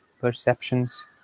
perceptions